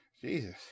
Jesus